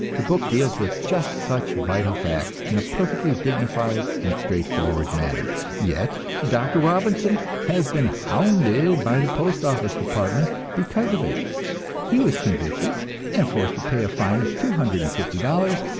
the book deals with just such vital facts in a perfectly dignified and straightforward manner yet dr. robinson has been hounded by the postoffice department because of it he was convicted and forced to pay a fine of two hundred and fifty dollars,